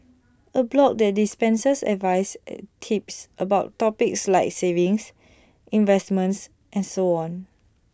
A blog that dispenses advice and tips about topics like savings investments and so on